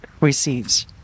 receives